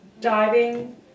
diving